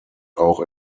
auch